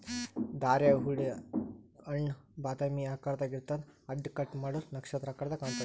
ಧಾರೆಹುಳಿ ಹಣ್ಣ್ ಬಾದಾಮಿ ಆಕಾರ್ದಾಗ್ ಇರ್ತದ್ ಅಡ್ಡ ಕಟ್ ಮಾಡೂರ್ ನಕ್ಷತ್ರ ಆಕರದಾಗ್ ಕಾಣತದ್